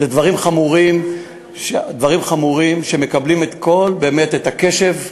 אלה דברים חמורים שמקבלים באמת את כל הקשב.